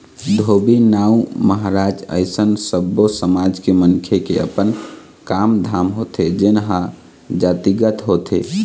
धोबी, नाउ, महराज अइसन सब्बो समाज के मनखे के अपन काम धाम होथे जेनहा जातिगत होथे